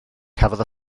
cafodd